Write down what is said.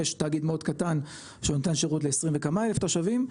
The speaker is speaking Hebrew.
ויש תאגיד מאוד קטן שנותן שרות ל-20 וכמה אלף תושבים,